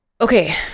Okay